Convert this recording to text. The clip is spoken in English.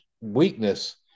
weakness